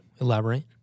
elaborate